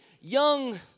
young